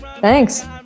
Thanks